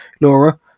Laura